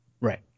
Right